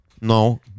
No